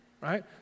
right